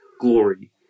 glory